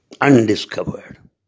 Undiscovered